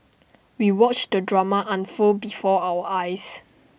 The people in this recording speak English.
we watched the drama unfold before our eyes